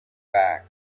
back